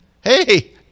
Hey